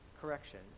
correction